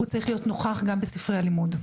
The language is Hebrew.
הוא צריך להיות נוכח גם בספרי הלימוד.